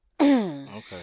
Okay